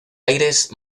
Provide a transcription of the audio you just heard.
aires